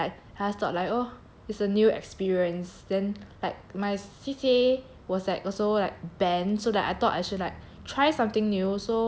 I just thought like oh it's a new experience then like my C_C_A was like also like band so that I thought I should like try something new so 我 just